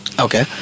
Okay